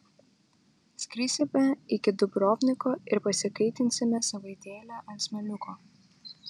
skrisime iki dubrovniko ir pasikaitinsime savaitėlę ant smėliuko